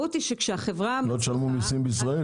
לא תשלמו מיסים בישראל?